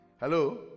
Hello